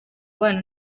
bana